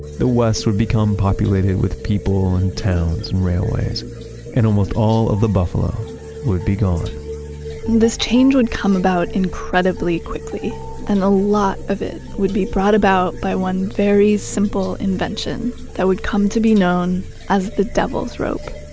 the west would become populated with people in and towns and railways and almost all of the buffalo would be gone this change would come about incredibly quickly and a lot of it would be brought about by one very simple invention that would come to be known as the devil's rope.